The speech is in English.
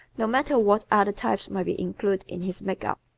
no matter what other types may be included in his makeup.